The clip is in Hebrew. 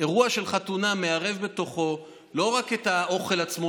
אירוע של חתונה מערב בתוכו לא רק את האוכל עצמו,